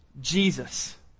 Jesus